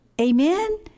Amen